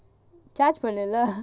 charge போடனும்ல:podanumla